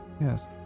yes